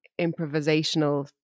improvisational